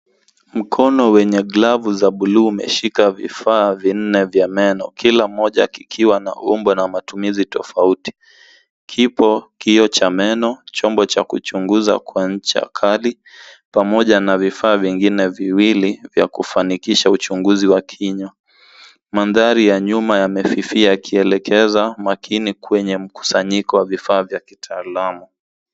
Mkono wenye glovu za buluu umeshika vifaa vinne vya meno. Kila mmoja kikiwa na umbo na matumizi tofauti. Kipo kioo cha meno, chombo cha kuchunguza kwancha kali pamoja na vifaa vingine viwili vya kufanikisha uchunguzi wa kina. Mandhari ya nyuma yamefifia yakielekeza makini kwenye mkusanyiko wa vifaa kwa kitaalamu.